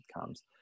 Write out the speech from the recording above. comes